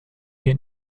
hier